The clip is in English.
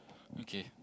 okay